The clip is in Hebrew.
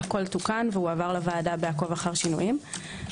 הכול תוקן והועבר לוועדה בעקוב אחר שינויים.